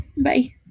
bye